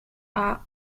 are